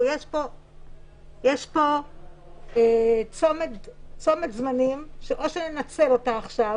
שיש כאן צומת זמנים שאו שננצל אותה עכשיו